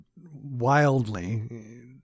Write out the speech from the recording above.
wildly